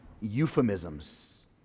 euphemisms